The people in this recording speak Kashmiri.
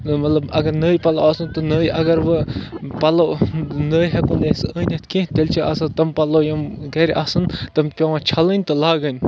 مطلب اَگر نٔے پَلو آسَن تہٕ نٔے اَگر وۄنۍ پَلو نٔے ہٮ۪کو نہٕ أسۍ أنِتھ کیٚنٛہہ تیٚلہِ چھِ آسان تِم پَلو یِم گَرِ آسَن تِم پٮ۪وان چھَلٕنۍ تہٕ لاگٕنۍ